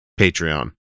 Patreon